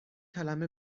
کلمه